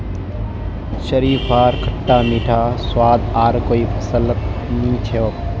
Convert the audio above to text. शरीफार खट्टा मीठा स्वाद आर कोई फलत नी छोक